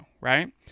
right